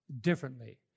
differently